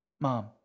Mom